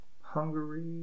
Hungary